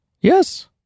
Yes